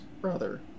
brother